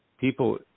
People